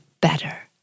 better